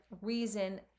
reason